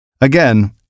Again